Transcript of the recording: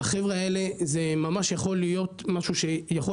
לחבר'ה האלה זה ממש יכול להיות משהו שיכול